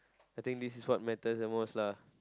I think this is what matter the most lah